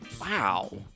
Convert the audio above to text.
Wow